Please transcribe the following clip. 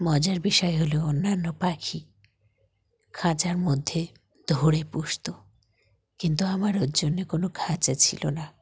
মজার বিষয় হলো অন্যান্য পাখি খাঁচার মধ্যে ধরে পুষত কিন্তু আমার ওর জন্যে কোনো খাঁচা ছিল না